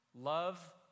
Love